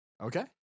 Okay